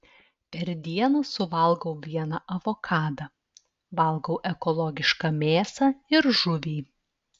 per dieną suvalgau vieną avokadą valgau ekologišką mėsą ir žuvį